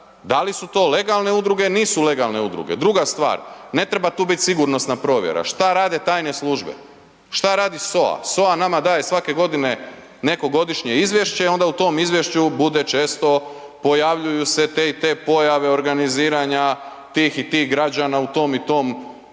da li su to legalne udruge, nisu legalne udruge. Druga stvar, ne treba tu biti sigurnosna provjera. Što rade tajne službe? Što radi SOA? SOA nama daje svake godine neko godišnje izvješće i onda u tom izvješću bude često, pojavljuju se te i te pojave, organiziranja tih i tih građana u tom i tom kraju